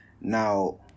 Now